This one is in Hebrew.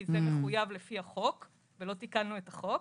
כי זה מחויב לפי החוק ולא תיקנו את החוק